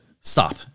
stop